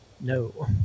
no